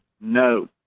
No